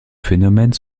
phénomène